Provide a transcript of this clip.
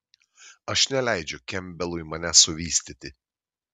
aš neleidžiu kempbelui manęs suvystyti